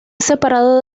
separado